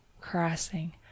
caressing